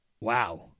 Wow